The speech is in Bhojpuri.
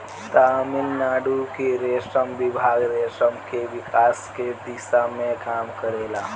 तमिलनाडु के रेशम विभाग रेशम के विकास के दिशा में काम करेला